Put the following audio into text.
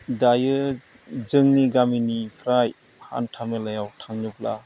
दायो जोंनि गामिनिफ्राय हान्था मेलायाव थाङोब्ला